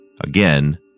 again